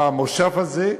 במושב הזה,